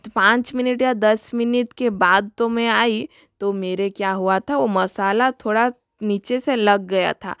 पाँच मिनट या दस मिनट के बाद तो मैं आई तो मेरे क्या हुआ था वो मसाला थोड़ा नीचे से लग गया था